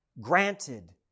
granted